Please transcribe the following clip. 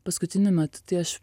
paskutiniu metu tai aš